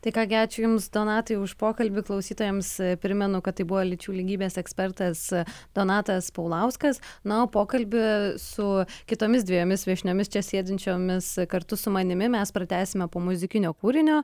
tai ką gi ačiū jums donatai už pokalbį klausytojams primenu kad tai buvo lyčių lygybės ekspertas donatas paulauskas na o pokalbį su kitomis dviejomis viešniomis čia sėdinčiomis kartu su manimi mes pratęsime po muzikinio kūrinio